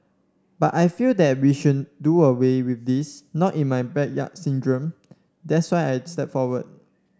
but I feel that we should do away with this not in my backyard syndrome that's why I stepped forward